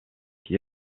qui